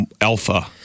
Alpha